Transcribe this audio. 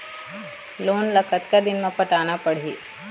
Loan ला कतका दिन मे पटाना पड़ही?